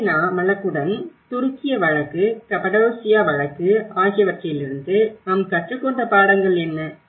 Gibellina வழக்குடன் துருக்கிய வழக்கு கப்படோசியா வழக்கு ஆகியவற்றிலிருந்து நாம் கற்றுக்கொண்ட பாடங்கள் என்ன